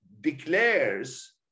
declares